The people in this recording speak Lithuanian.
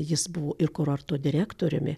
jis buvo ir kurorto direktoriumi